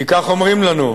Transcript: כי כך אומרים לנו: